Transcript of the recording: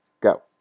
Go